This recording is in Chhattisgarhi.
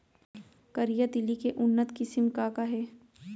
करिया तिलि के उन्नत किसिम का का हे?